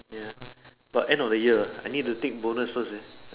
ya but end of the year I need to take bonuses first eh